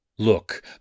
Look